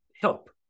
help